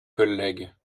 collègues